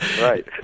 Right